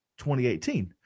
2018